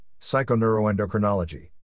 psychoneuroendocrinology